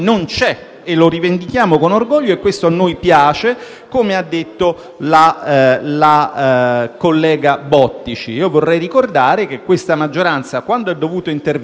lo rivendichiamo con orgoglio e a noi ciò piace, come ha detto la collega Bottici. A me piace poter ricordare che questa maggioranza, quando è dovuta intervenire